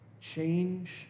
change